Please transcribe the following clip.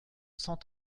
cent